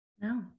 No